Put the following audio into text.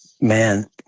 man